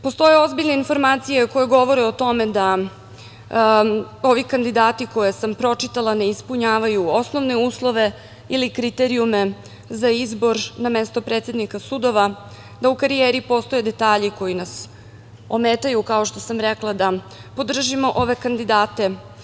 Postoje ozbiljne informacije koje govore o tome da ovi kandidati koje sam pročitala ne ispunjavaju osnovne uslove ili kriterijume za izbor na mesto predsednika sudova, da u karijeri postoje detalji koji nas ometaju, kao što sam rekla, da podržimo ove kandidate.